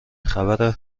خبر